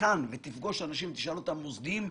ותשאל אנשים על מוסדיים,